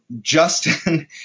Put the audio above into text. Justin